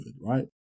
right